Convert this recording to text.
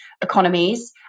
economies